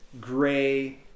gray